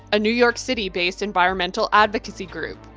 a new york city-based environmental advocacy group,